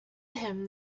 him